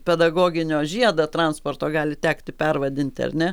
pedagoginio žiedą transporto gali tekti pervadinti ar ne